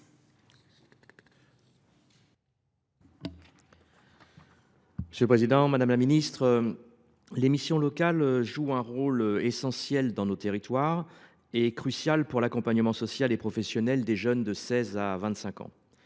et de l’emploi. Madame la ministre, les missions locales jouent un rôle essentiel dans nos territoires, crucial pour l’accompagnement social et professionnel des jeunes de 16 à 25 ans.